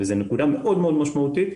זו נקודה מאוד מאוד משמעותית.